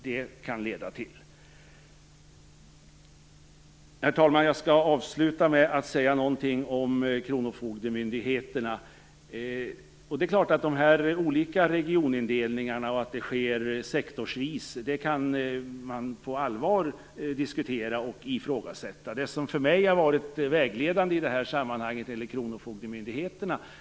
Jag skall avsluta med att säga något om kronofogdemyndigheterna. Det är klart att de olika regionindelningarna och sektorsvisa arbetet på allvar kan diskuteras och ifrågasättas. Två saker har för mig varit vägledande när det gäller kronofogdemyndigheterna.